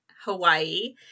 hawaii